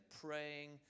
praying